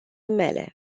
mele